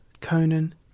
Conan